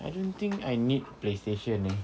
I don't think I need playstation eh